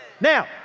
Now